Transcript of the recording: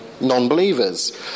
non-believers